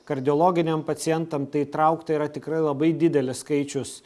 kardiologiniam pacientam tai įtraukta yra tikrai labai didelis skaičius